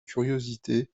curiosités